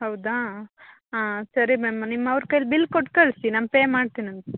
ಹೌದಾ ಹಾಂ ಸರಿ ಮ್ಯಾಮ್ ನಿಮ್ಮ ಅವ್ರ ಕೈಲ್ಲಿ ಕೊಟ್ಟು ಕಳಿಸಿ ನಾನು ಪೇ ಮಾಡ್ತೀನಂತೆ